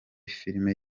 filime